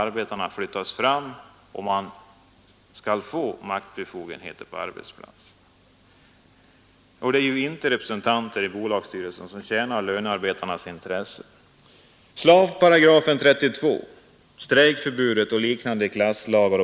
Svaret är naturligtvis nej. Företagsdemokrati har blivit ett modeord, men den förutsätter ju också en reell demokrati, något som vi verkligen inte har inom industrin.